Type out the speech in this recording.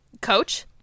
coach